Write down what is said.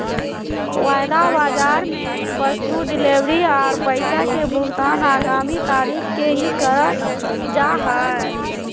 वायदा बाजार मे वस्तु डिलीवरी आर पैसा के भुगतान आगामी तारीख के ही करल जा हय